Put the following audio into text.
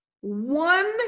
one